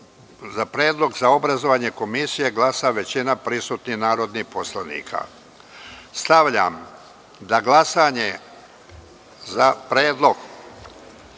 za predlog za obrazovanje Komisije glasa većina prisutnih narodnih poslanika. Stavljam na glasanje predlog